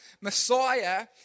Messiah